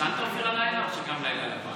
ישנת הלילה, אופיר, או שהיה לך לילה לבן?